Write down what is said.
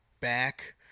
back